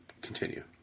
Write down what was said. Continue